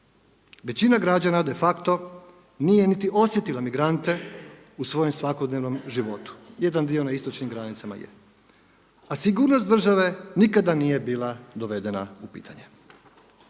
Većina građana de facto nije niti osjetila migrante u svojem svakodnevnom životu. Jedan dio na istočnim granicama je. A sigurnost države nikada nije bila dovedena u pitanje.